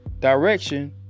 direction